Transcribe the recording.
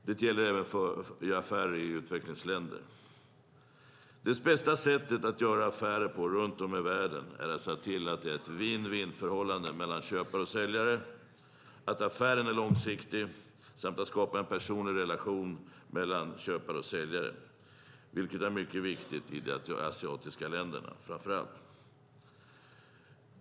Det gäller även vid affärer i utvecklingsländer. Det bästa sättet att göra affärer runt om i världen är att se till att det är ett win-win-förhållande mellan köpare och säljare, att affären är långsiktig och att skapa en personlig relation mellan köpare och säljare, vilket är mycket viktigt framför allt i de asiatiska länderna.